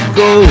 go